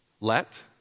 Let